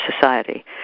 society